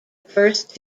first